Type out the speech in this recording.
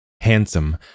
Handsome